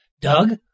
Doug